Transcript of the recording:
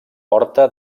porta